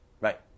Right